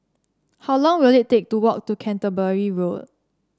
how long will it take to walk to Canterbury Road